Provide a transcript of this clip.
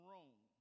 Rome